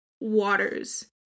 waters